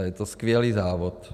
A je to skvělý závod.